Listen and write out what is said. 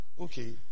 Okay